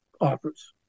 offers